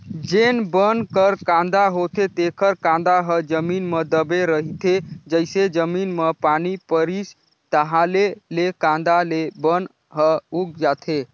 जेन बन कर कांदा होथे तेखर कांदा ह जमीन म दबे रहिथे, जइसे जमीन म पानी परिस ताहाँले ले कांदा ले बन ह उग जाथे